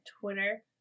Twitter